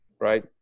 right